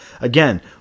Again